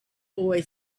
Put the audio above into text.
boy